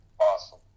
Awesome